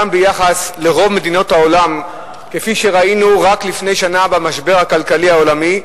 גם ביחס לרוב מדינות העולם כפי שראינו רק לפני שנה במשבר הכלכלי העולמי,